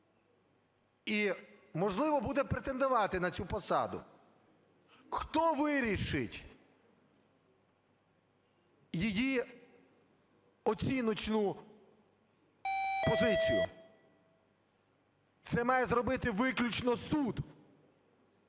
і, можливо, буде претендувати на цю посаду. Хто вирішить її оціночну позицію? Це має зробити виключно суд.